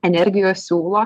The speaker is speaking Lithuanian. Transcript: energijos siūlo